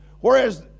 whereas